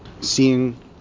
seeing